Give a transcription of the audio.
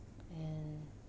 and